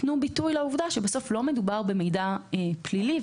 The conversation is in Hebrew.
ייתנו ביטוי לעובדה שבסוף לא מדובר במידע פלילי.